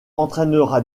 entrera